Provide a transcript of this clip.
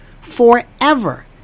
forever